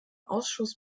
ausschuss